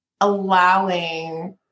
allowing